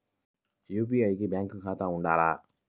UPI కి bank ఖాతా ఉండాల?